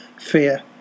fear